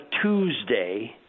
Tuesday